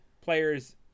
players –